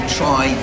try